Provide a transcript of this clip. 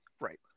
right